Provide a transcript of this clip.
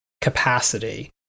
capacity